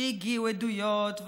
שהגיעו עדויות,